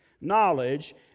Knowledge